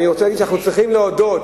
אני רוצה להגיד שאנחנו צריכים להודות,